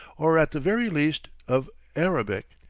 or at the very least, of arabic.